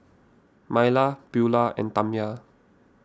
Myla Beula and Tamya